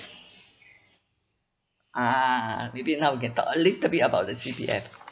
ah maybe now we can talk a little bit about the C_P_F